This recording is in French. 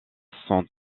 sont